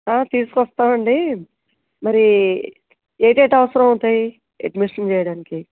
తీసుకొస్తాం అండి మరి ఏవి అవసరం అవుతాయి అడ్మిషన్ చేయడానికి